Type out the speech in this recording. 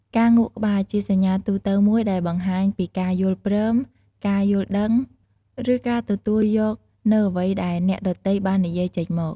ការងក់ក្បាល ជាសញ្ញាទូទៅមួយដែលបង្ហាញពីការយល់ព្រម ការយល់ដឹង ឬការទទួលយកនូវអ្វីដែលអ្នកដទៃបាននិយាយចេញមក។